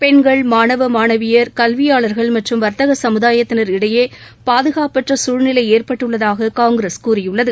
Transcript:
பெண்கள் மாணவ மாணவியர் கல்வியாளர்கள் மற்றும் வர்த்தக சமுதாயத்தினர் இடையே பாதுகாப்பற்ற குழ்நிலை ஏற்பட்டுள்ளதாக காங்கிரஸ் கூறியுள்ளது